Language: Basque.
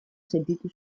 sentitu